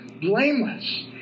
blameless